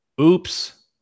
Oops